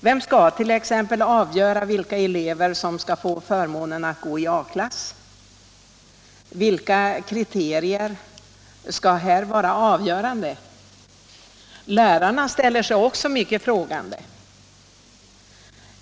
Vem skall t.ex. avgöra vilka elever som skall få förmånen att gå i A-klass? Vilka kriterier skall vara avgörande? Lärarna ställer sig också mycket frågande.